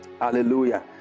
Hallelujah